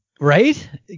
Right